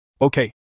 okay